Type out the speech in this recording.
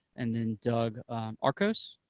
and then doug arkose.